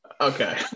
Okay